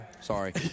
Sorry